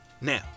Now